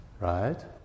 right